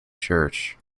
church